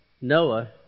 Noah